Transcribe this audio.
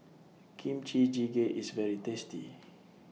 Kimchi Jjigae IS very tasty